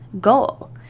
goal